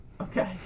Okay